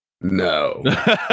No